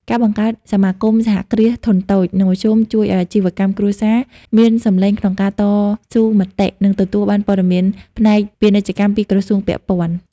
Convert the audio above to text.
ការបង្កើតសមាគមសហគ្រាសធុនតូច និងមធ្យម ជួយឱ្យអាជីវកម្មគ្រួសារមានសំឡេងក្នុងការតស៊ូមតិ និងទទួលបានព័ត៌មានផ្នែកពាណិជ្ជកម្មពីក្រសួងពាក់ព័ន្ធ។